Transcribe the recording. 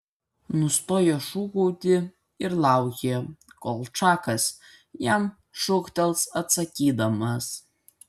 nustojo šūkauti ir laukė kol čakas jam šūktels atsakydamas